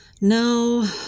No